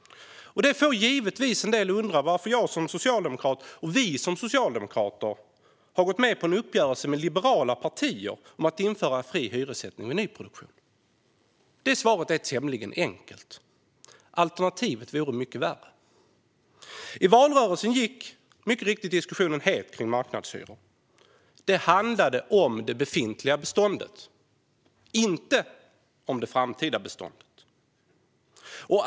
Det får givetvis en del att undra varför vi socialdemokrater har gått med på en uppgörelse med liberala partier om att införa fri hyressättning vid nyproduktion. Det svaret är tämligen enkelt. Alternativet vore mycket värre. I valrörelsen gick - mycket riktigt - diskussionen het om marknadshyror. Det handlade om det befintliga beståndet, inte om det framtida beståndet.